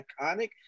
iconic